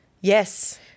Yes